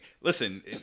listen